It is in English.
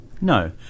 No